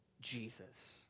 jesus